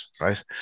right